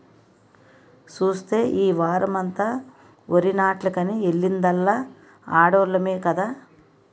సూస్తే ఈ వోరమంతా వరినాట్లకని ఎల్లిందల్లా ఆడోల్లమే కదా